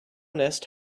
nest